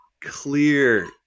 clear